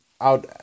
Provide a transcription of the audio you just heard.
out